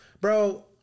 Bro